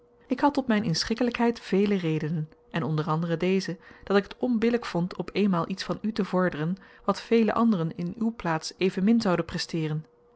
ik had tot myn inschikkelykheid vele redenen en onder anderen deze dat ik t onbillyk vond op eenmaal iets van u te vorderen wat vele anderen in uw plaats evenmin zouden presteeren